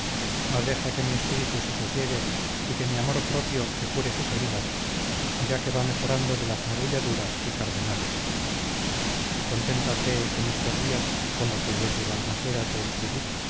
mas deja que mi espíritu se sosiegue y que mi amor propio se cure sus heridas ya que va mejorando de las magulladuras y cardenales conténtate en estos días con lo que desde balmaseda te escribí